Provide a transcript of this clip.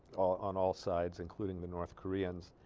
on all sides including the north koreans